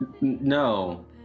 No